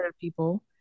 people